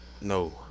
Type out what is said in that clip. No